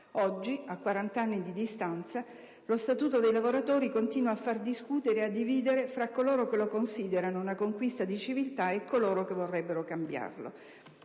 Oggi, a quarant'anni di distanza, lo Statuto dei lavoratori continua a far discutere e a dividere tra coloro che lo considerano una conquista di civiltà e coloro che vorrebbero cambiarlo.